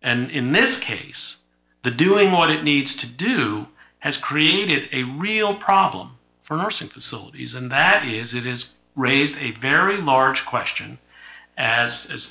and in this case the doing what it needs to do has created a real problem for nursing facilities and that is it is raised a very large question as